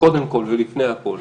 קודם כול ולפני הכול